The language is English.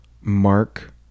mark